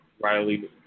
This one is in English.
Riley